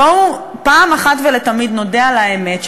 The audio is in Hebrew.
בואו פעם אחת ולתמיד נודה על האמת,